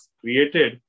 created